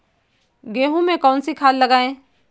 गेहूँ में कौनसी खाद लगाएँ?